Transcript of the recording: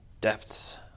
depths